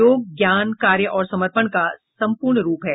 योग ज्ञान कार्य और समर्पण का सम्पूर्ण रुप है